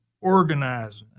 organizing